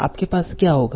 आपके पास क्या होगा